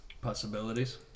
possibilities